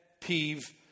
peeve